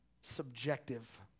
subjective